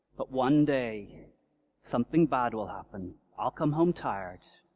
but one day something bad will happen i'll come home tired,